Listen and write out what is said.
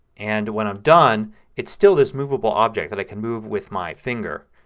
and when i'm done it still this movable object that i can move with my finger.